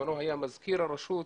בזמנו היה מזכיר הרשות,